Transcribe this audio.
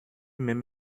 même